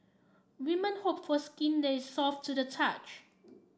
women hope for skin that is soft to the touch